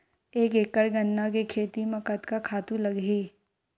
एक एकड़ गन्ना के खेती म कतका खातु लगही?